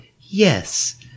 yes